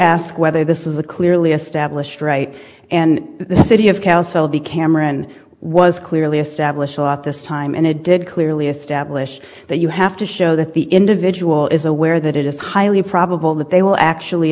ask whether this is a clearly established right and the city of counsel b cameron was clearly establish a lot this time and it did clearly establish that you have to show that the individual is aware that it is highly probable that they will actually